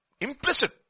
implicit